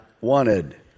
wanted